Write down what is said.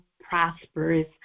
prosperous